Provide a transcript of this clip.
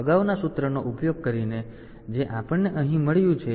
તેથી અગાઉના સૂત્રનો ઉપયોગ કરીને જે આપણને અહીં મળ્યું છે